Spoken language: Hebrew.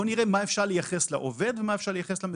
בואו נראה מה אפשר לייחס לעובד ומה אפשר לייחס למטופל.